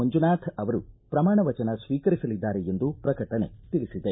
ಮಂಜುನಾಥ್ ಅವರು ಪ್ರಮಾಣ ವಚನ ಸ್ವೀಕರಿಸಲಿದ್ದಾರೆ ಎಂದು ಪ್ರಕಟಣೆ ತಿಳಿಸಿದೆ